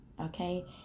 Okay